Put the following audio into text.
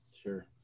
sure